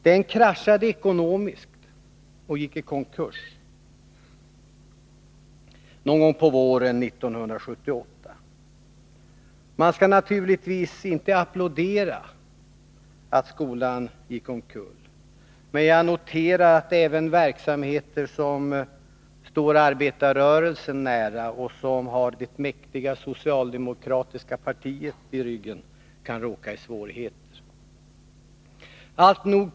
Den kraschade ekonomiskt och gick i konkurs någon gång på våren 1978. Man skall naturligtvis inte applådera att skolan gick omkull, men jag noterar att även verksamheter som står arbetarrörelsen nära och som har det mäktiga socialdemokratiska partiet i ryggen kan råka i svårigheter. Allt nog!